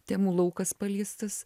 temų laukas paliestas